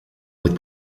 with